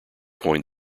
coined